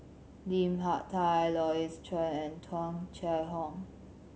Lim Hak Tai Louis Chen and Tung Chye Hong